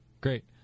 Great